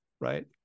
right